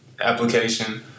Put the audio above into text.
application